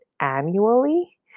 annually